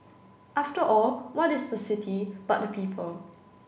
after all what is the city but the people